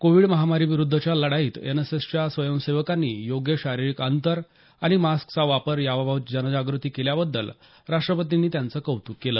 Covid महामारीविरुद्धच्या लढाईत एनएसएसच्या स्वयंसेवकांनी योग्य शारीरिक अंतर आणि मास्कचा वापर याबाबत जनजागृती केल्याबद्दल राष्ट्रपतींनी त्यांचं कौतुक केलं